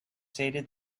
stated